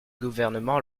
gouvernement